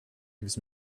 gives